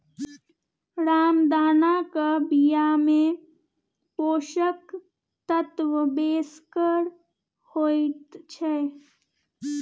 रामदानाक बियामे पोषक तत्व बेसगर होइत छै